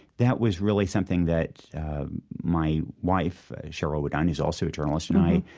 that was really something that my wife, sheryl wudunn, who's also a journalist, and i,